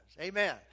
amen